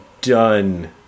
done